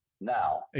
now